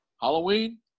Halloween